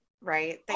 right